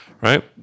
right